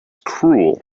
cruel